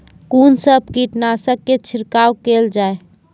कून सब कीटनासक के छिड़काव केल जाय?